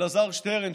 אלעזר שטרן,